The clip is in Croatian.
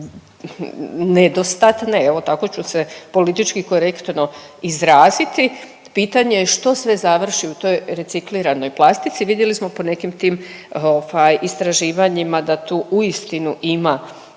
nedostatne, evo, tako ću se politički korektno izraziti, pitanje je što sve završi u toj recikliranoj plastici, vidjeli smo po nekim tim ovaj istraživanjima da tu istinu ima